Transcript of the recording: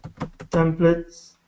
templates